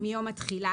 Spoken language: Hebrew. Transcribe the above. "מיום התחילה